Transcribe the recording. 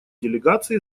делегации